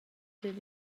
dad